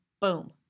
Boom